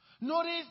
Notice